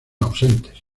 ausentes